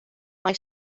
mae